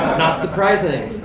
not surprising.